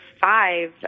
five